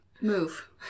Move